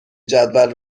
جدول